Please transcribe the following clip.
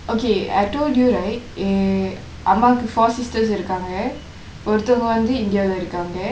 okay I told you right uh என் அம்மாக்கு:en ammaakku four sisters இருக்காங்க ஒறு தங்க வந்து:irukaangka oru thongka vanthu india இருக்காங்க:irukaangka